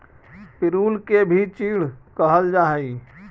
पिरुल के भी चीड़ कहल जा हई